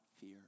fear